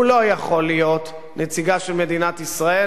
הוא לא יכול להיות נציגה של מדינת ישראל